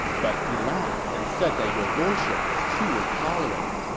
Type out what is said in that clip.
but he laughed and said that your lordship was too intolerant.